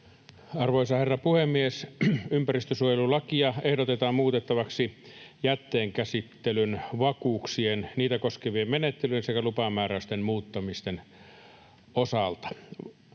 Arvoisa herra puhemies! Ympäristönsuojelulakia ehdotetaan muutettavaksi jätteenkäsittelyn vakuuksien, niitä koskevien menettelyjen sekä lupamääräysten muuttamisten osalta.